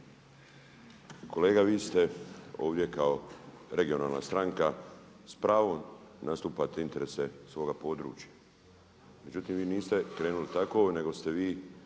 Kolega vi ste ovdje kao regionalna stranka s pravom nastupate interese svoga područja, međutim vi niste krenuli tako nego ste vi